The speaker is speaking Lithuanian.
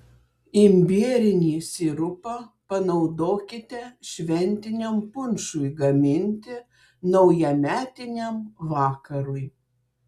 imbierinį sirupą panaudokite šventiniam punšui gaminti naujametiniam vakarui